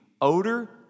odor